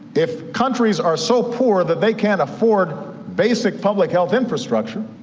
if countries are so poor that they can't afford basic public health infrastructure,